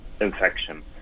infection